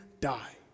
die